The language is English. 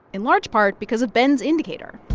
in large part because of ben's indicator